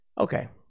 Okay